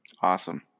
Awesome